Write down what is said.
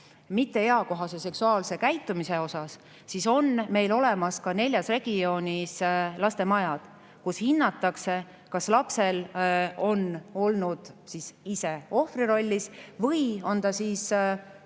mitteeakohase seksuaalse käitumise suhtes, siis on meil olemas neljas regioonis lastemajad, kus hinnatakse, kas laps on olnud ise ohvri rollis või on ta saanud